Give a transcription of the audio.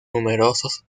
numerosos